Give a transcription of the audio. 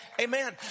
Amen